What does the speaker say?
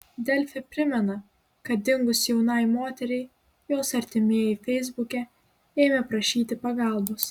delfi primena kad dingus jaunai moteriai jos artimieji feisbuke ėmė prašyti pagalbos